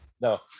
no